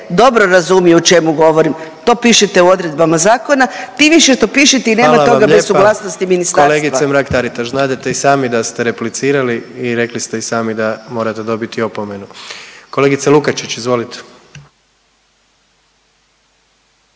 dobro razumiju o čemu govorim. To pišite u odredbama zakona, tim više što pišete i nema toga bez suglasnosti ministarstva. **Jandroković, Gordan (HDZ)** Hvala lijepa. Kolegice Mrak-Taritaš, znadete i sami da ste replicirali i rekli ste i sami da morate dobiti opomenu. Kolegice Lukačić, izvolite.